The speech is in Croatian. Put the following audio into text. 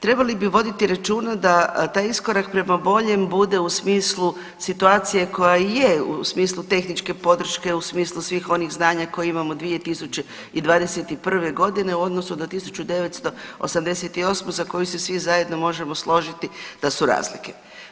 Trebali bi voditi računa da taj iskorak prema boljem bude u smislu situacije koja je, u smislu tehničke podrške, u smislu svih onih znanja koja imamo 2021. g. u odnosu na 1988. za koju se svi zajedno možemo složiti da su razlike.